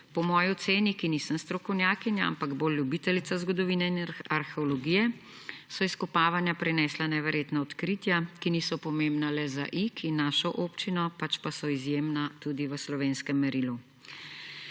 Po moji oceni, nisem strokovnjakinja, ampak bolj ljubiteljica zgodovine in arheologije, so izkopavanja prinesla neverjetna odkritja, ki niso pomembna le za Ig in našo občino, pač pa so izjemna tudi v slovenskem merilu.